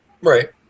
Right